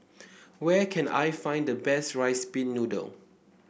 where can I find the best rice pin noodle